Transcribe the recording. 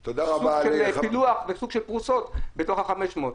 את הסוג של פילוח וסוג של פרוסות בתוך ה-500.